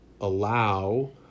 allow